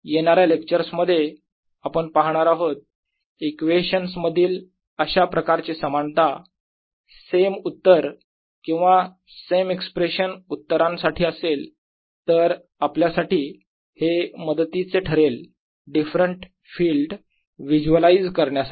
येणाऱ्या लेक्चर्स मध्ये आपण पाहणार आहोत इक्वेशन्स मधील अशा प्रकारची समानता सेम उत्तर किंवा सेम एक्सप्रेशन उत्तरांसाठी असेल तर आपल्यासाठी हे मदतीचे ठरले डीफेरन्ट फिल्ड विजुवालाईझ करण्यासाठी